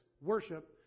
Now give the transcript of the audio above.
Worship